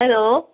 hello